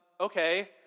Okay